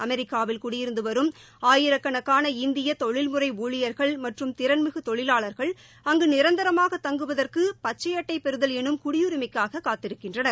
அமெரிக்காவில் குடியிருந்து வரும் ஆயிரக்கணக்கான இந்திய தொழில்முறை ஊழியர்கள் மற்றும் திறன்மிகு தொழிலாளர்கள் அங்கு நிரந்தரமாக தங்குவதற்கு பச்சை அட்டை பெறுதல் எனும் குடியுரிமைக்காக காத்திருக்கின்றனர்